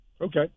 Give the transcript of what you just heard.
Okay